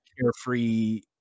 carefree